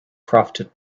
crafted